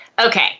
Okay